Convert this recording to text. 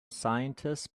scientists